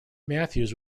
matthews